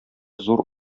зур